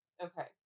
Okay